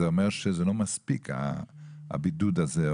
זה אומר שזה לא מספיק הבידוד הזה,